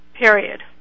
period